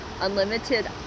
unlimited